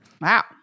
Wow